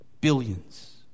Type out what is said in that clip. Billions